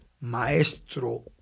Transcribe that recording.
Maestro